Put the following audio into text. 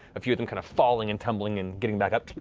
a few of them kind of falling and tumbling and getting back up